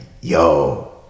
yo